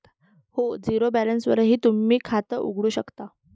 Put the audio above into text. हो, झिरो बॅलन्सवरही तुम्ही बँकेत खातं उघडू शकता